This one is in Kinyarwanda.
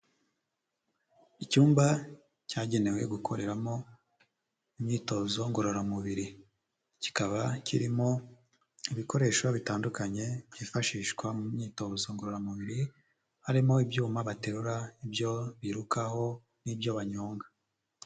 Icyumba cyagenewe gukoreramo imyitozo ngororamubiri, kikaba kirimo ibikoresho bitandukanye byifashishwa mu myitozo ngororamubiri, harimo ibyuma baterura, ibyo birukaho n'ibyo banyonga.